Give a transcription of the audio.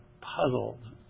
puzzled